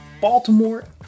Baltimore